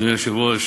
אדוני היושב-ראש,